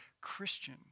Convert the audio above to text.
Christian